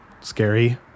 scary